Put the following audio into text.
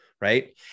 right